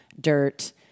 Dirt